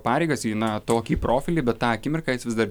pareigas į na tokį profilį bet tą akimirką jis vis dar